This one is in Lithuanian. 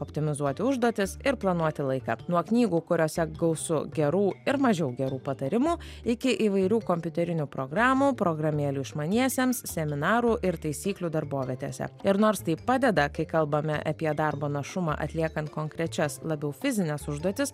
optimizuoti užduotis ir planuoti laiką nuo knygų kuriose gausu gerų ir mažiau gerų patarimų iki įvairių kompiuterinių programų programėlių išmaniesiems seminarų ir taisyklių darbovietėse ir nors tai padeda kai kalbame apie darbo našumą atliekant konkrečias labiau fizines užduotis